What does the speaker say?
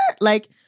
Like-